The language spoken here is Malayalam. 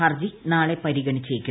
ഹർജി നാളെ പരിഗണിച്ചേക്കും